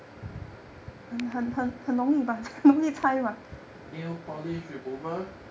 nail polish remover